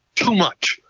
too much.